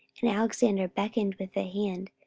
and alexander beckoned with the hand,